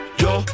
yo